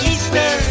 Easter